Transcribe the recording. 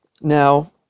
Now